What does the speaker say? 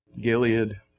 Gilead